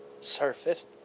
surface